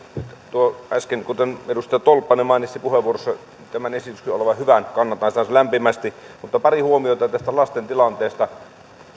kuten äsken edustaja tolppanen mainitsi puheenvuorossaan tämän esityksen olevan hyvä kannatan sitä nyt lämpimästi mutta pari huomiota tästä lasten tilanteesta